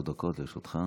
שלוש דקות לרשותך.